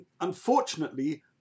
unfortunately